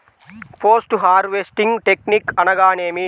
Post harvesting technique అనగా నేమి?